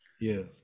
Yes